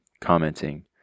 commenting